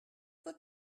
for